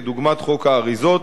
דוגמת חוק האריזות,